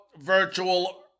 virtual